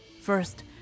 First